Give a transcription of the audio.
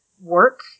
work